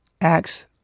acts